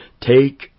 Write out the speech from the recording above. take